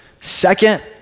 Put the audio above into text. Second